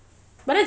but that's bad